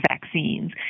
vaccines